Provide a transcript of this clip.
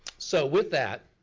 so with that,